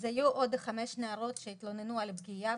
היו עוד חמש נערות שהתלוננו על פגיעה,